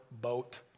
boat